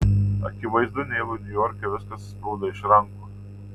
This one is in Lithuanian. akivaizdu neilui niujorke viskas sprūdo iš rankų